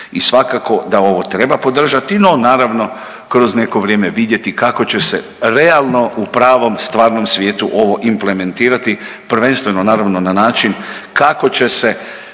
i svakako da ovo treba podržati, no naravno kroz neko vrijeme vidjeti kako će se realno u pravom stvarnom svijetu ovo implementirati, prvenstveno naravno na način kako će se